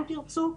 אם תרצו,